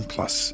Plus